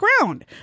ground